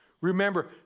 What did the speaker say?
Remember